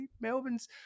Melbourne's